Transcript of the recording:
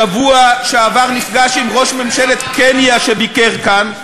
בשבוע שעבר נפגש עם ראש ממשלת קניה שביקר כאן.